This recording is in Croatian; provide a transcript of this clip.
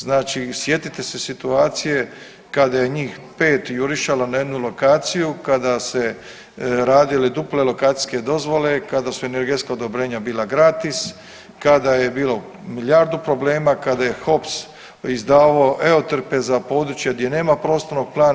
Znači sjetite se situacije kada je njih pet jurišalo na jednu lokaciju, kada se radile duple lokacijske dozvole, kada su energetska odobrenja bila gratis, kada je bilo milijardu problema, kada je HOPS izdavao … za područje gdje nema prostornog plana.